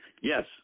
Yes